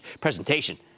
presentation